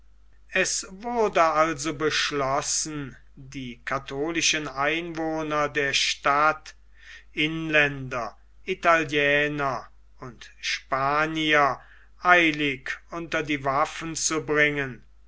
es wurde also beschlossen die katholischen einwohner der stadt inländer italiener und spanier eilig unter die waffen zu bringen